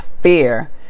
fear